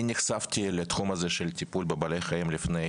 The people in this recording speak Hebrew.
אני נחשפתי לתחום הזה של טיפול באמצעות בעלי חיים לפני